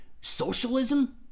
socialism